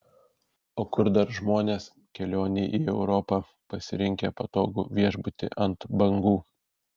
o kur dar žmonės kelionei į europą pasirinkę patogų viešbutį ant bangų